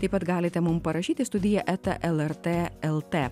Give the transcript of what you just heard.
taip pat galite mum parašyti studija eta lrt lt